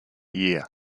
year